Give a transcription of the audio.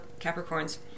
Capricorns